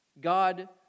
God